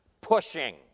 pushing